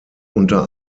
unter